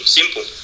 simple